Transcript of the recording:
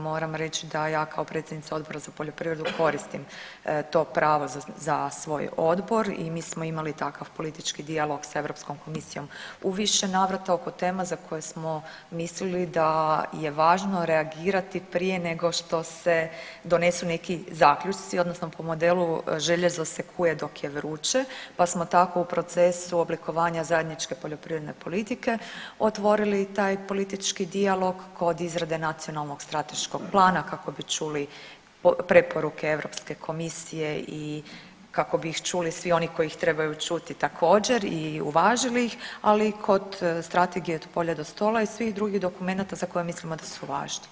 Moram reći da ja kao predsjednica Odbora za poljoprivredu koristim to pravo za svoj odbor i mi smo imali takav politički dijalog sa Europskom komisijom u više navrata oko tema za koje smo mislili da je važno reagirati prije nego što se donesu neki zaključci odnosno po modelu željezo se kuje dok je vruće, pa smo tako u procesu oblikovanja zajedničke poljoprivredne politike otvorili taj politički dijalog kod izrade Nacionalnog strateškog plana kako bi čuli preporuke Europske komisije i kako ih čuli svi oni koji ih trebaju čuti također i uvažili ih, ali i kod Strategije Od polja do stola i svih drugih dokumenata za koje mislimo da su važni.